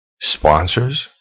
Sponsors